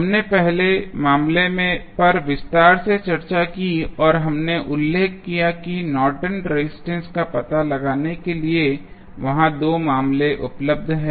हमने पहले मामले पर विस्तार से चर्चा की और हमने उल्लेख किया कि नॉर्टन रेजिस्टेंस Nortons resistance का पता लगाने के लिए वहां 2 मामले उपलब्ध हैं